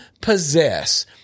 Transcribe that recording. possess